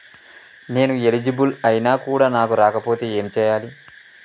నేను ఎలిజిబుల్ ఐనా కూడా నాకు రాకపోతే ఏం చేయాలి?